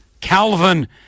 Calvin